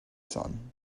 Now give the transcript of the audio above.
sun